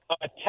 Attack